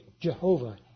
Jehovah